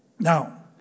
Now